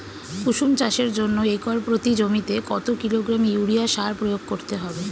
কুসুম চাষের জন্য একর প্রতি জমিতে কত কিলোগ্রাম ইউরিয়া সার প্রয়োগ করতে হবে?